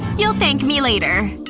you'll thank me later.